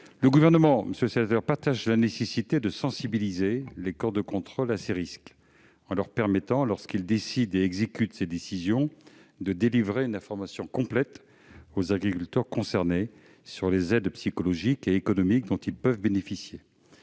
Le Gouvernement partage la nécessité de sensibiliser les corps de contrôle à ces risques, en leur permettant, lorsqu'ils décident et exécutent une telle décision de confiscation, de délivrer une information complète aux agriculteurs concernés sur les aides psychologiques et économiques dont ils peuvent bénéficier.